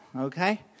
okay